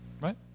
right